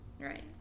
Right